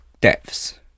depths